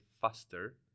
faster